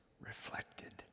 reflected